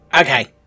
Okay